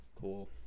Cool